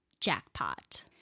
jackpot